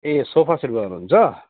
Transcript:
ए sofa set बनाउनुहुन्छ